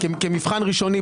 כמבחן ראשוני,